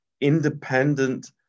independent